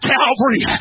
Calvary